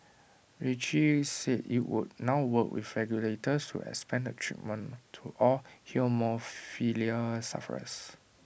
Roche said IT would now work with regulators to expand the treatment to all haemophilia sufferers